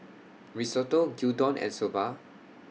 Risotto Gyudon and Soba